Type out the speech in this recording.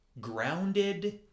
grounded